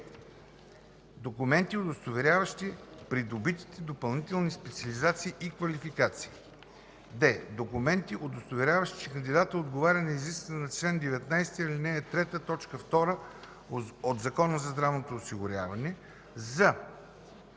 документи, удостоверяващи придобити допълнителни специализации и квалификации; д) документи, удостоверяващи, че кандидатът отговаря на изискването по чл. 19, ал. 3, т. 2 от Закона за здравното осигуряване